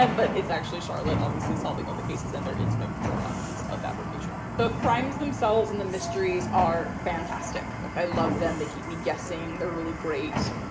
and but it's actually charlotte obviously solving all the cases and there is no sherlock. he's a fabrication. the crimes themselves and the mysteries are fantastic. like i love them. they keep me guessing. they're really great.